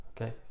okay